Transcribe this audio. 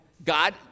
God